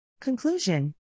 Conclusion